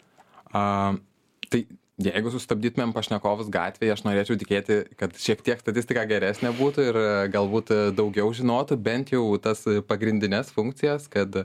tai jeigu sustabdytumėm pašnekovus gatvėje aš norėčiau tikėti kad šiek tiek statistika geresnė būtų ir galbūt daugiau žinotų bent jau tas pagrindines funkcijas kad